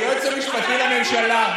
היועץ המשפטי לממשלה,